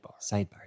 Sidebar